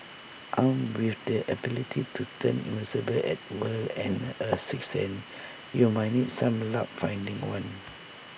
armed with the ability to turn invisible at will and A sixth and you might need some luck finding one